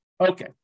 Okay